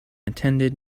attended